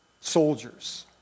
soldiers